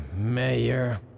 mayor